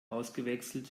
ausgewechselt